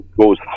goes